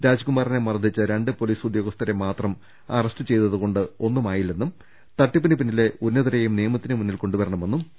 രാജ്കുമാറിനെ മർദ്ദിച്ച രണ്ട് പൊലീസ് ഉദ്യോ ഗസ്ഥരെ മാത്രം അറസ്റ്റ് ചെയ്തതുകൊണ്ടായില്ലെന്നും തട്ടിപ്പിന് പിന്നിലെ ഉന്നതരെയും നിയമത്തിന് മുമ്പിൽ കൊണ്ടുവരണ മെന്നും പി